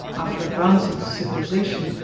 after advancing to civilization,